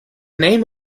name